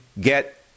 get